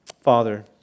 Father